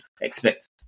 expect